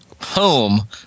Home